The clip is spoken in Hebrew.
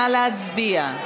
נא להצביע.